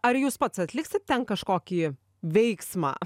ar jūs pats atliksit ten kažkokį veiksmą